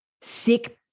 sick